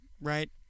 Right